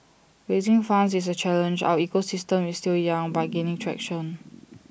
raising funds is A challenge our ecosystem is still young but gaining traction